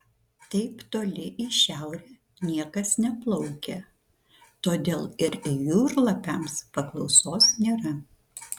taip toli į šiaurę niekas neplaukia todėl ir jūrlapiams paklausos nėra